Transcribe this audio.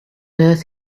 earth